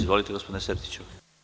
Izvolite, gospodine Sertiću.